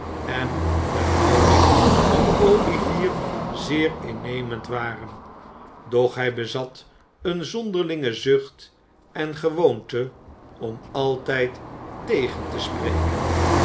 en de houding van olivier zeer innemend waren doch hij bezat een zonderlinge zucht en gewoonte om altijd tegen te spreken